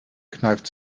kneift